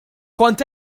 kont